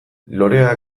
lorea